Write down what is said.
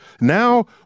Now